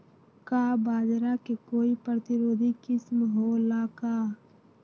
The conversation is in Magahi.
का बाजरा के कोई प्रतिरोधी किस्म हो ला का?